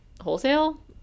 wholesale